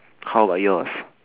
how about yours